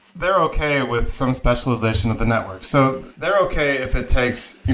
they're okay with some specialization of the network. so they're okay if it takes